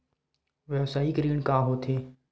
व्यवसायिक ऋण का होथे?